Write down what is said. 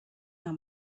not